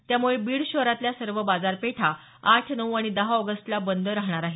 त्यामुळे बीड शहरातल्या सवं बाजारपेठा आठ नऊ आणि दहा ऑगस्टला बंद राहणार आहेत